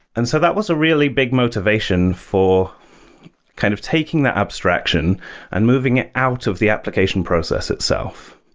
and so that was a really big motivation for kind of taking that abstraction and moving it out of the application process itself,